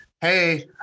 hey